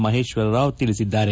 ಮಹೇಶ್ವರ ರಾವ್ ತಿಳಿಸಿದ್ದಾರೆ